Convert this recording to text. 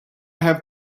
have